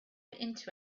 into